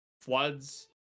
floods